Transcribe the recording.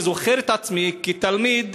אני זוכר את עצמי כתלמיד,